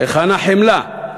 היכן החמלה?